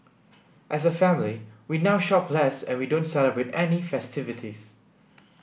as a family we now shop less and we don't celebrate any festivities